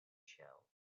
shelf